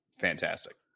fantastic